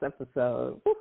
episode